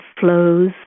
flows